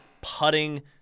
putting